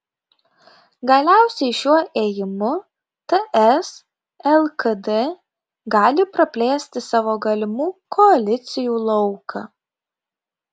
galiausiai šiuo ėjimu ts lkd gali praplėsti savo galimų koalicijų lauką